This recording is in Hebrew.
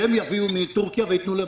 שהם יביאו מטורקיה וייתנו לנזקקים?